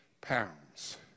pounds